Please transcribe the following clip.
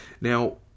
Now